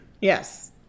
Yes